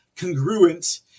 congruent